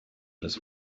this